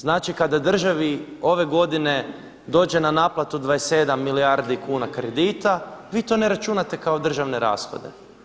Znači kada državi ove godine dođe na naplatu 27 milijardi kuna kredita vi to ne računate kao državne rashode.